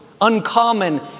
uncommon